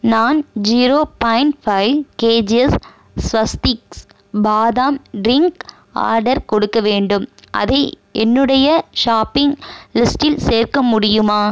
நான் zero point five KGs Swastiks badam drink order கொடுக்க வேண்டும் அதை என்னுடைய ஷாப்பிங் லிஸ்டில் சேர்க்க முடியுமா